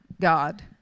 God